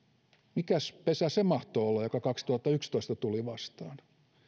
mikäs pesä se mahtoi olla joka kaksituhattayksitoista tuli vastaan